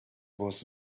was